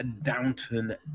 Downton